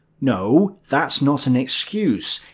no, that's not an excuse!